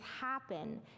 happen